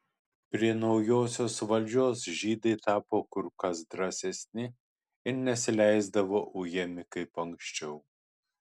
prie naujosios valdžios žydai tapo kur kas drąsesni ir nesileisdavo ujami kaip anksčiau